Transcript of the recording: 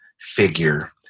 figure